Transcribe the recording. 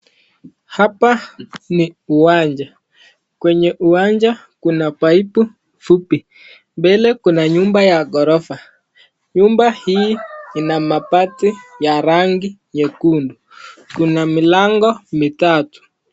Hapa ni uwanja, kwenye uwanja kuna [paipu] fupi mbele kuna nyumba ya ghorofa. Nyumba hii ina mabati ya rangi nyekundu kuna milango mitatu.